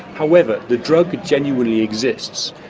however, the drug genuinely exists.